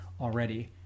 already